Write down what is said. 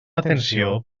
atenció